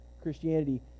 Christianity